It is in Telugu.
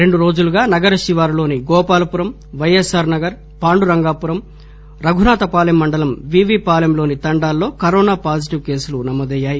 రెండురోజులుగా నగర శివారులోని గోపాలపురం వైఎస్సార్ నగర్ పాండురంగాపురం రఘునాథపాలెం మండలం వీవీపాలెంలోని తండాల్లో కరోనా పాజిటివ్ కేసులు నమోదయ్యాయి